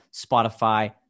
Spotify